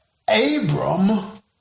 Abram